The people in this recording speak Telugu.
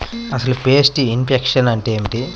అసలు పెస్ట్ ఇన్ఫెక్షన్ అంటే ఏమిటి?